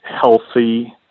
healthy